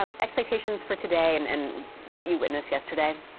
expectations for today and and what you witnessed yesterday.